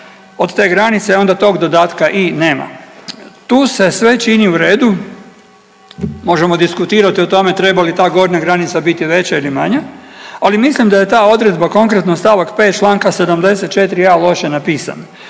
od te granice onda tog dodatka i nema. Tu se sve čini u redu, možemo diskutirati o tome treba li ta gornja granica biti veća ili manja, ali mislim da je ta odredba, konkretno st. 5. čl. 74.a. loše napisana.